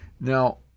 Now